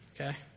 okay